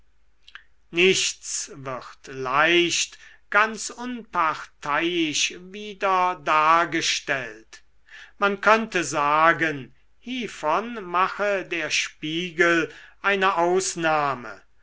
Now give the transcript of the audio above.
nichts wird leicht ganz unparteiisch wieder dargestellt man könnte sagen hievon mache der spiegel eine ausnahme